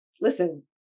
listen